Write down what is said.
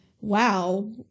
Wow